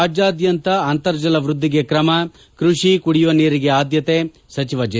ರಾಜ್ಯಾದ್ಯಂತ ಅಂತರ್ಜಲ ವೃದ್ಧಿಗೆ ಕ್ರಮ ಕೃಷಿ ಕುಡಿಯುವ ನೀರಿಗೆ ಆದ್ಭತೆ ಸಚಿವ ಜೆ